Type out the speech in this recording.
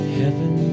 heaven